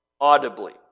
audibly